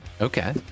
Okay